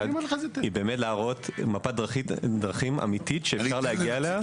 היא להראות מפת דרכים אמיתית שניתן להגיע אליה.